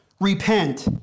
repent